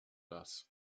das